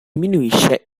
diminuisce